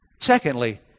Secondly